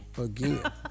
again